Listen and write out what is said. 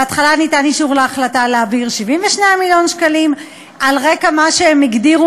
בהתחלה ניתן אישור להחלטה להעביר 72 מיליון שקלים על רקע מה שהם הגדירו,